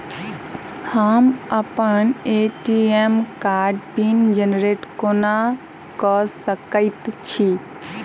हम अप्पन ए.टी.एम कार्डक पिन जेनरेट कोना कऽ सकैत छी?